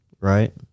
right